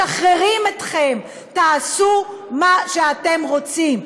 משחררים אתכם, תעשו מה שאתם רוצים.